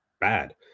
bad